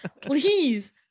Please